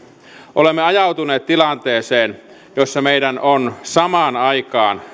olemme ajautuneet tilanteeseen jossa meidän on samaan aikaan